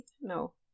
No